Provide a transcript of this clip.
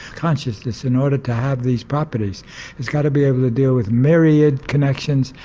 consciousness in order to have these properties has got to be able to deal with myriad connections,